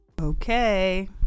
okay